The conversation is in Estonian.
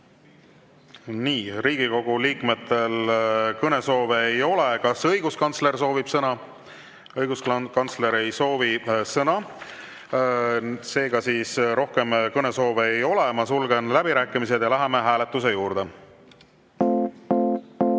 on? Riigikogu liikmetel kõnesoove ei ole. Kas õiguskantsler soovib sõna? Õiguskantsler ei soovi sõna. Seega rohkem kõnesoove ei ole. Sulgen läbirääkimised ja läheme hääletuse juurde. Head